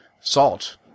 salt